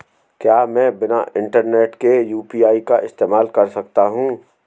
क्या मैं बिना इंटरनेट के यू.पी.आई का इस्तेमाल कर सकता हूं?